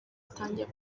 atangira